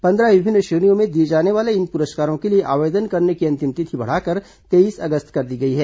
पंद्रह विभिन्न श्रेणियों में दिए जाने वाले इन पुरस्कारों के लिए आवेदन करने की अंतिम तिथि बढ़ाकर तेईस अगस्त कर दी गई है